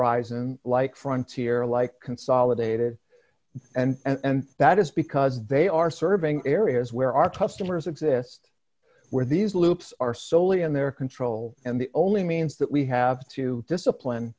and like fronts here like consolidated and that is because they are serving areas where our customers exist where these loops are solely in their control and the only means that we have to discipline